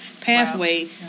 pathway